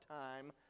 time